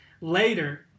Later